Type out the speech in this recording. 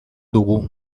dugu